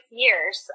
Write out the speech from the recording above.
years